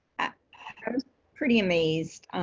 i was pretty amazed.